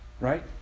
right